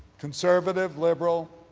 conservative, liberal,